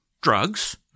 drugs